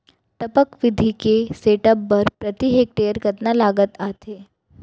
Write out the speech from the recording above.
टपक विधि के सेटअप बर प्रति हेक्टेयर कतना लागत आथे?